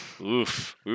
Oof